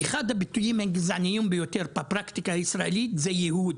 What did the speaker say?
אחד הביטויים הגזעניים ביותר בפרקטיקה הישראלית זה ייהוד.